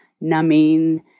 numbing